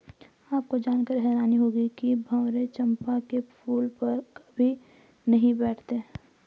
आपको जानकर हैरानी होगी कि भंवरे चंपा के फूल पर कभी नहीं बैठते